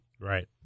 Right